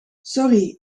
sorry